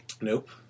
Nope